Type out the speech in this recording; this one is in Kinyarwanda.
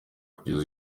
kugeza